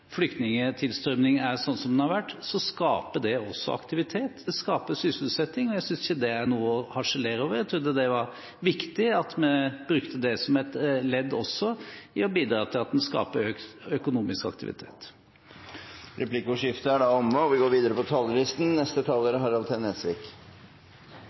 er som den har vært, skaper det også aktivitet. Det skaper sysselsetting, og jeg synes ikke det er noe å harselere over. Jeg trodde det var viktig at vi brukte det som et ledd også i å bidra til at en skaper økt økonomisk aktivitet. Replikkordskiftet er omme.